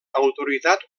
autoritat